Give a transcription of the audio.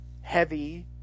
heavy